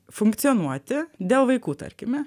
funkcionuoti dėl vaikų tarkime